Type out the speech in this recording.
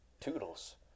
toodles